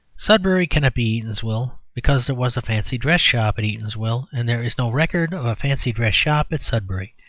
sudbury cannot be eatanswill, because there was a fancy-dress shop at eatanswill, and there is no record of a fancy-dress shop at sudbury.